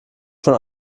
schon